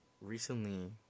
recently